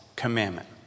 Commandment